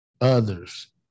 others